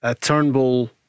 Turnbull